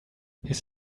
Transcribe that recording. his